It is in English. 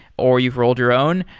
or you've rolled your own.